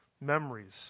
memories